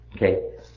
Okay